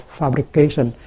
fabrication